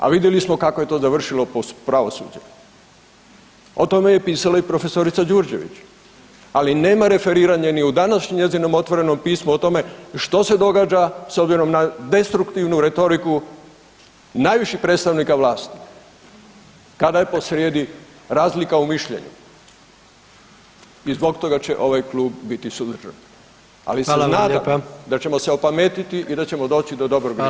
A vidjeli smo kako je to završilo po pravosuđe o tome je pisala i prof. Đurđević, ali nema referiranja ni u danas njezinom otvorenom pismu o tome što se događa s obzirom na destruktivnu retoriku najviših predstavaka vlasti kada je posrijedi razlika u mišljenju i zbog toga će ovaj klub biti suzdržan, ali se nadam da ćemo se opametiti i da ćemo doći do dobrog rješenja.